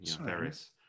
various